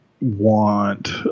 want